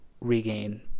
regain